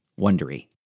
Wondery